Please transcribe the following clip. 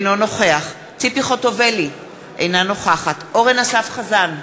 אינו נוכח ציפי חוטובלי, אינה נוכחת אורן אסף חזן,